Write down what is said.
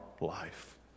life